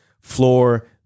Floor